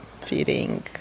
feeding